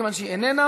מכיוון שהיא איננה.